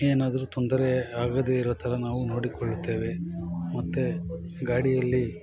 ಏನಾದ್ರೂ ತೊಂದರೆ ಆಗದೆ ಇರೋ ಥರ ನಾವು ನೋಡಿಕೊಳ್ಳುತ್ತೇವೆ ಮತ್ತೆ ಗಾಡಿಯಲ್ಲಿ